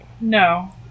No